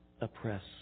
oppress